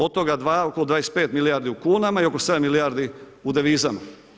Od toga oko 25 milijardi u kunama i oko 7 milijardi u devizama.